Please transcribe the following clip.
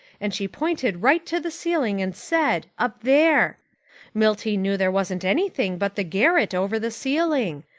and she pointed right to the ceiling and said, up there milty knew there wasn't anything but the garret over the ceiling,